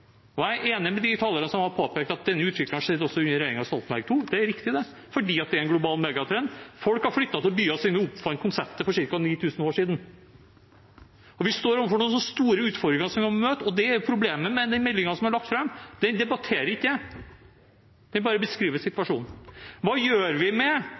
Og jeg er enig med de talerne som har påpekt at denne utviklingen også skjedde under regjeringen Stoltenberg II. Det er riktig – fordi det er en global megatrend. Folk har flyttet til byer siden vi oppfant konseptet for ca. 9 000 år siden. Vi står nå overfor noen store utfordringer som vi må møte, og det er problemet med den meldingen som er lagt fram: Den debatterer ikke det, den bare beskriver situasjonen. Hva gjør vi med